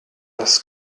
das